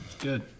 Good